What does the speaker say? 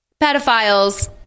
Pedophiles